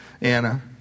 Anna